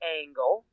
angle